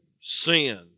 sin